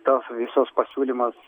tos visus pasiūlymus